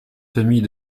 famille